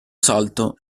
salto